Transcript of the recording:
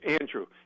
Andrew